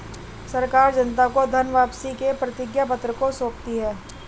सरकार जनता को धन वापसी के प्रतिज्ञापत्र को सौंपती है